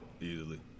Easily